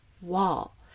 wall